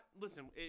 Listen